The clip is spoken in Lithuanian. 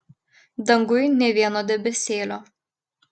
danguj nė vieno debesėlio